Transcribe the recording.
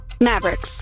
Mavericks